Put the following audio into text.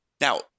Now